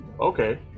okay